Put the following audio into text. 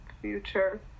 future